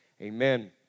amen